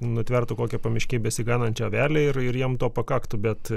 nutvertų kokią pamiškėj besiganančią avelę ir ir jam to pakaktų bet